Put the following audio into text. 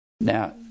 Now